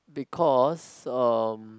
because um